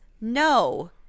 no